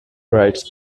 writes